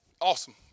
Awesome